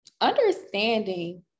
understanding